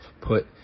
Put